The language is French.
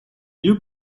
mieux